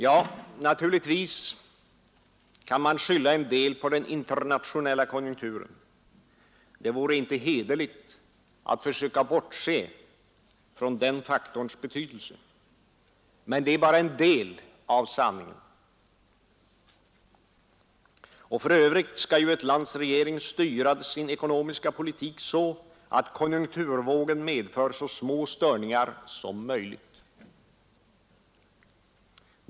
Ja, naturligtvis kan man skylla en del på den internationella konjunkturen, Det vore inte hederligt att försöka bortse från den faktorns betydelse. Men det är bara en del av sanningen. Och för övrigt skall ju ett lands regering styra sin ekonomiska politik så att konjunkturvågen medför så små störningar som möjligt.